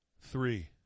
three